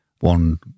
one